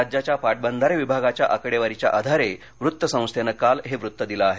राज्याच्या पाटबंधारे विभागाच्या आकडेवारीच्या आधारे वृत्तसंस्थेनं काल हे वृत्त दिलं आहे